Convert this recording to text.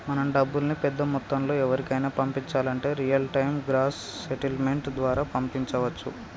మనం డబ్బుల్ని పెద్ద మొత్తంలో ఎవరికైనా పంపించాలంటే రియల్ టైం గ్రాస్ సెటిల్మెంట్ ద్వారా పంపించవచ్చు